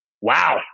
Wow